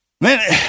man